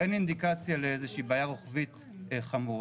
אין אינדיקציה לאיזה שהיא בעיה רוחבית חמורה.